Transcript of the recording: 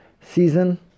season